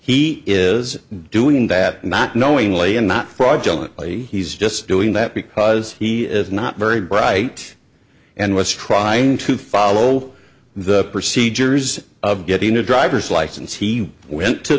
he is doing that not knowingly and not fraudulent he's just doing that because he is not very bright and was trying to follow the procedures of getting a driver's license he went to